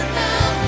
now